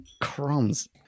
Crumbs